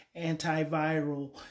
antiviral